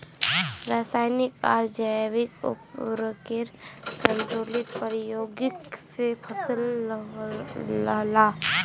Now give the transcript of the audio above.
राशयानिक आर जैविक उर्वरकेर संतुलित प्रयोग से फसल लहलहा